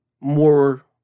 more